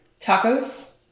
Tacos